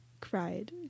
cried